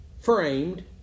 framed